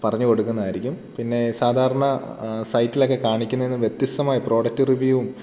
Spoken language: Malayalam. പറഞ്ഞുകൊടുക്കുന്നതായിരിക്കും പിന്നെ സാധാരണ സൈറ്റിലൊക്കെ കാണിക്കുന്നതിനും വ്യത്യസ്തമായ പ്രോഡക്ട് റിവ്യൂവും